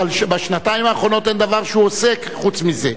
אבל בשנתיים האחרונות אין דבר שהוא עוסק בו חוץ מזה.